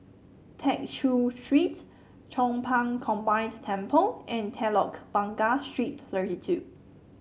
Tew Chew Street Chong Pang Combined Temple and Telok Blangah Street Thirty two